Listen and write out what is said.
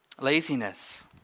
laziness